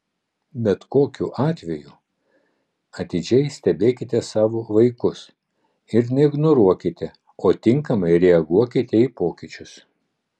bet kokiu atveju atidžiai stebėkite savo vaikus ir neignoruokite o tinkamai reaguokite į pokyčius